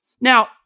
Now